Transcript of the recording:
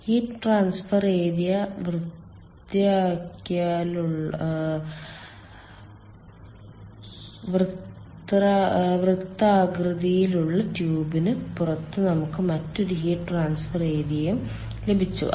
heat transfer ഏരിയയും വൃത്താകൃതിയിലുള്ള ട്യൂബിന് പുറത്ത് നമുക്ക് മറ്റൊരു ഹീറ്റ് ട്രാൻസ്ഫർ ഏരിയയും ലഭിച്ചു